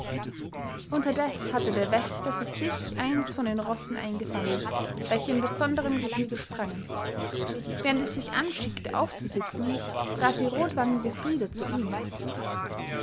unterdes hatte der wächter für sich eins von den rossen eingefangen welche in besonderem gehege sprangen während er sich anschickte aufzusitzen trat die rotwangige frida zu ihm